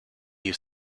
used